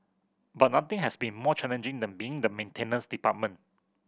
but nothing has been more challenging than being in the maintenance department